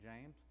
James